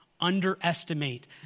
underestimate